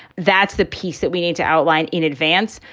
that's the piece that we need to outline in advance,